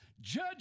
judge